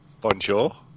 Bonjour